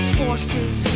forces